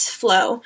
flow